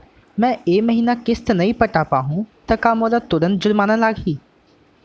मैं ए महीना किस्ती नई पटा पाहू त का मोला तुरंत जुर्माना लागही?